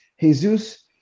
Jesus